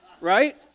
right